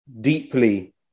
deeply